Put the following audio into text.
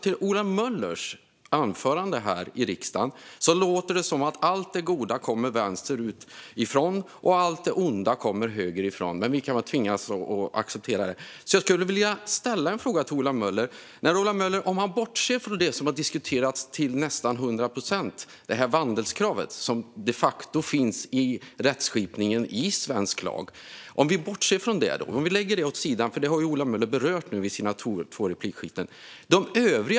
I Ola Möllers anförande här i riksdagen lät det som att allt det goda kommer vänsterifrån och allt det onda högerifrån. Vi kan väl tvingas acceptera det. Jag skulle vilja ställa en fråga till Ola Möller. Vi kan bortse från det som har diskuterats till nästan hundra procent, nämligen vandelskravet, som de facto finns i rättsskipningen i svensk lag. Vi lägger det åt sidan, för det har ju Ola Möller berört i sina två replikskiften.